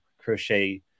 crochet